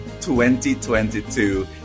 2022